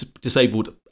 Disabled